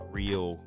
real